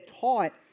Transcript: taught